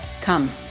Come